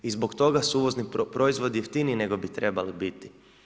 I zbog toga su uvozni proizvodi jeftiniji nego bi trebali biti.